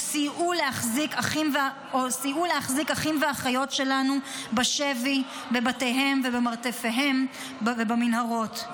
סייעו להחזיק אחים ואחיות שלנו בשבי בבתיהם ובמרתפיהם ובמנהרות.